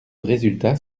résultat